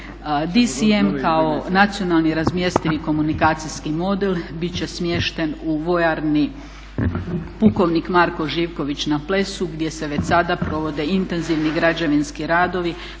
kao nacionalni razmjestivi komunikacijski model bit će smješten u vojarni pukovnik Marko Živković na Plesu, gdje se već sada provode intenzivni građevinski radovi